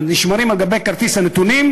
הנתונים נשמרים על גבי כרטיס הנתונים,